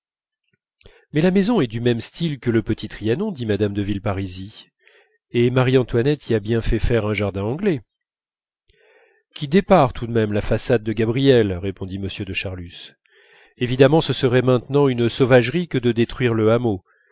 mais la maison est du même style que le petit trianon dit mme de villeparisis et marie-antoinette y a bien fait faire un jardin anglais qui dépare tout de même la façade de gabriel répondit m de charlus évidemment ce serait maintenant une sauvagerie que de détruire le hameau